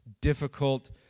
difficult